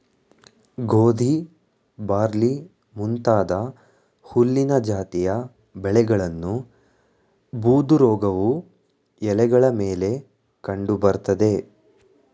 ಗೋಧಿ ಬಾರ್ಲಿ ಮುಂತಾದ ಹುಲ್ಲಿನ ಜಾತಿಯ ಬೆಳೆಗಳನ್ನು ಬೂದುರೋಗವು ಎಲೆಗಳ ಮೇಲೆ ಕಂಡು ಬರ್ತದೆ